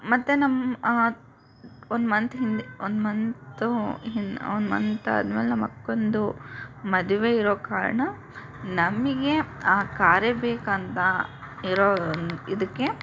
ಮತ್ತು ನಮ್ಮ ಒಂದು ಮಂತ್ ಹಿಂದೆ ಒಂದು ಮಂತು ಹಿನ್ ಒಂದು ಮಂತು ಆದ ಮೇಲೆ ನಮ್ಮ ಅಕ್ಕಂದು ಮದುವೆ ಇರೋ ಕಾರಣ ನಮಗೆ ಆ ಕಾರೇ ಬೇಕಂತ ಇರೋ ಇದಕ್ಕೆ